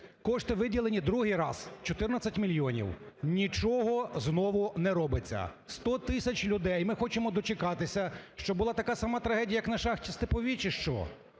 Кошти виділені другий раз – 14 мільйонів. Нічого знову не робиться! 100 тисяч людей! Ми хочемо дочекатися, щоб була така сама трагедія, як на шахті "Степовій", чи що?